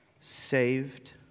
Saved